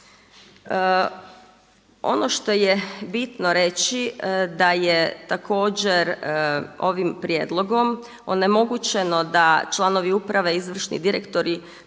Ono što je bino reći da je također ovim prijedlogom onemogućeno da članovi uprave i izvršni direktori